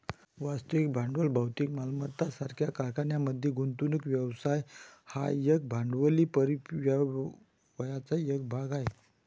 वास्तविक भांडवल भौतिक मालमत्ता सारख्या कारखान्यांमध्ये गुंतवणूक व्यवसाय हा एकूण भांडवली परिव्ययाचा एक भाग आहे